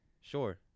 Sure